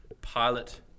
pilot